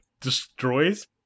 destroys